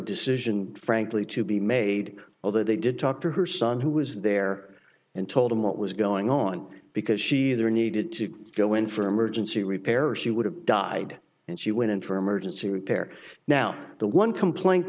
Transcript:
decision frankly to be made although they did talk to her son who was there and told him what was going on because she either needed to go in for emergency repair or she would have died and she went in for emergency repair now the one complaint